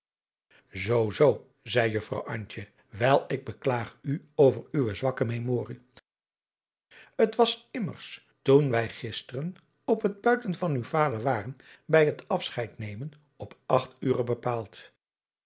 zoo zoo zeî juffrouw antje wel ik beklaag u over uwe zwakke memorie t was immers toen wij gisteren op het buiten van uw vader waren bij het afscheid nemen op acht ure bepaald